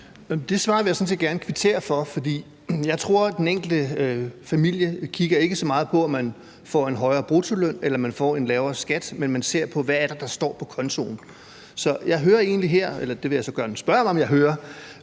jeg sådan set gerne kvittere for. For jeg tror ikke, den enkelte familie kigger så meget på, om man får en højere bruttoløn eller man får en lavere skat, men at man ser på, hvad det er, der står på kontoen. Så jeg hører egentlig her – eller det vil jeg så gerne spørge om jeg hører